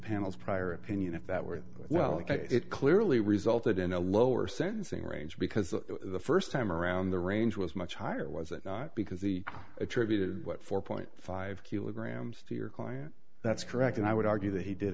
panel's prior opinion if that were well it clearly resulted in a lower sentencing range because the first time around the range was much higher was it not because he attributed what four point five kilograms to your client that's correct and i would argue that he did